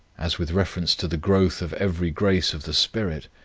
as with reference to the growth of every grace of the spirit,